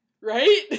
Right